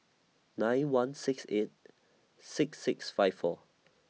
nine one six eight six six five four